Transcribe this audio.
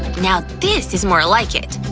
now this is more like it!